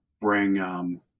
bring